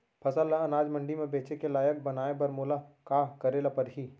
फसल ल अनाज मंडी म बेचे के लायक बनाय बर मोला का करे ल परही?